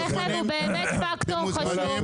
הרכב הוא באמת פקטור חשוב.